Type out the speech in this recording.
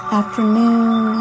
afternoon